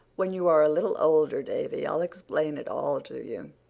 when you are a little older, davy, i'll explain it all to you.